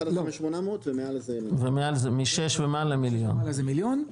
ומעל זה משש ומעלה, מיליון.